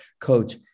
Coach